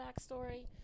backstory